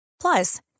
Plus